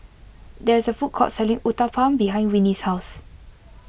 there is a food court selling Uthapam behind Winnie's house